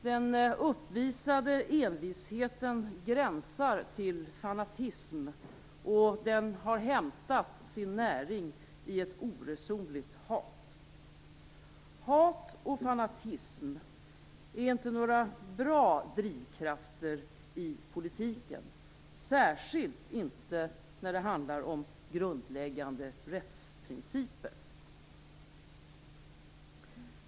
Den uppvisade envisheten gränsar till fanatism, och den har hämtat sin näring i ett oresonligt hat. Hat och fanatism är inte några bra drivkrafter i politiken, särskilt inte när det handlar om grundläggande rättsprinciper.